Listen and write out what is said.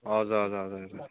हजुर हजुर हजुर